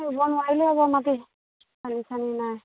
ৰুব নোৱাৰিলোঁ এইবাৰ মাটি পানী চানি নাই